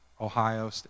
Ohio